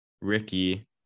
Ricky